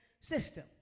system